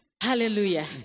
hallelujah